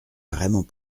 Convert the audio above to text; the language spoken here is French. vraiment